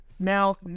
Now